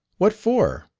what for?